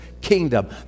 kingdom